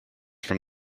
from